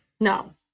no